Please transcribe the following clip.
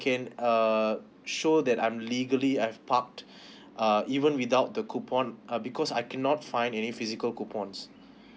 uh show that I'm legally I've parked uh even without the coupon uh because I cannot find any physical coupons